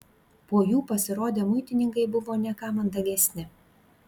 po jų pasirodę muitininkai buvo ne ką mandagesni